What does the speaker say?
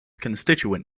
constituent